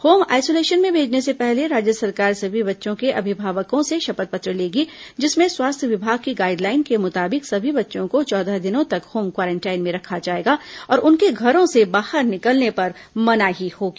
home isolation में भेजने से पहले राज्य सरकार सभी बच्चों के अभिभावकों से शपथ पत्र लेगी जिसमें स्वास्थ्य विभाग की गाइडलाइन के मुताबिक सभी बच्चों को चौदह दिनों तक होम क्वारेंटाइन में रखा जाएगा और उनके घरो से बाहर निकलने पर मनाही होगी